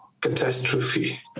catastrophe